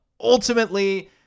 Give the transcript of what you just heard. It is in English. ultimately